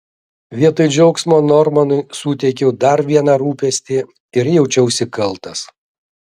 vietoj džiaugsmo normanui suteikiau dar vieną rūpestį ir jaučiausi kaltas